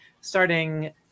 starting